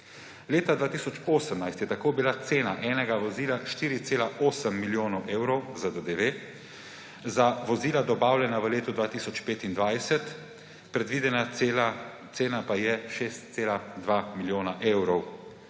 Leta 2018 je tako bila cena enega vozila 4,8 milijona evrov z DDV, za vozila, dobavljena v letu 2025, predvidena cena pa je 6,2 milijona evrov.